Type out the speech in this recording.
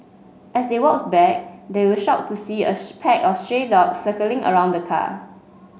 as they walked back they were shocked to see a pack of stray dog circling around the car